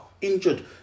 injured